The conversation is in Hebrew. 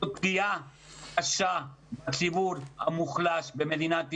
זאת פגיעה קשה בציבור המוחלש במדינת ישראל.